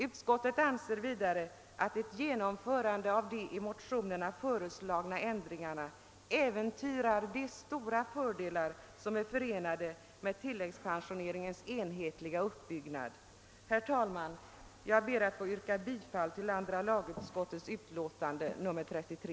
Utskottet anser vidare att ett genomförande av de i motionerna föreslagna ändringarna äventyrar de stora fördelar som är förenade med tilläggspensioneringens enhetliga uppbyggnad. Herr talman! Jag ber att få yrka bifall till andra lagutskottets hemställan i dess utlåtande nr 33.